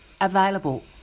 Available